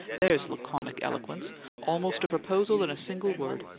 there's laconic eloquence almost a proposal in a single word!